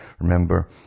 remember